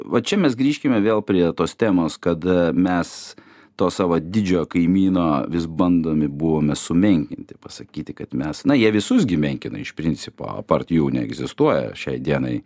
va čia mes grįžkime vėl prie tos temos kad mes to savo didžiojo kaimyno vis bandomi buvome sumenkinti pasakyti kad mes na jie visus gi menkina iš principo apart jau neegzistuoja šiai dienai